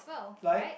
like